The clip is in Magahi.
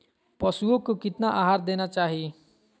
पशुओं को कितना आहार देना चाहि?